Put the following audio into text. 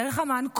דרך אמ"ן,